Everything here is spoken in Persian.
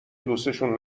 دوسشون